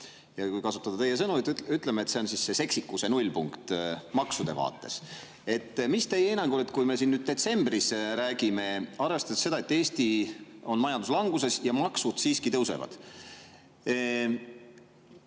ja kui kasutada teie sõnu, siis ütleme, et see on see seksikuse nullpunkt maksude vaates. Mis teie hinnang on, et kui me siin detsembris räägime, arvestades seda, et Eesti on majanduslanguses ja maksud siiski tõusevad,